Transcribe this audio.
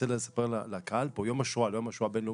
לא יום השואה הבינלאומי,